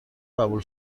قبول